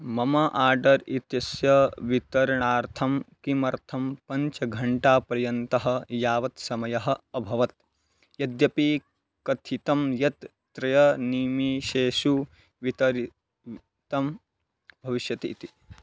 मम आर्डर् इत्यस्य वितरणार्थं किमर्थं पञ्चघण्टापर्यन्तः यावत् समयः अभवत् यद्यपि कथितं यत् त्रयनिमेशेषु वितरितं भविष्यति इति